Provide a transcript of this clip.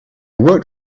worked